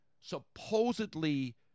supposedly